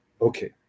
Okay